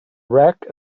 wreck